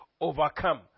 overcome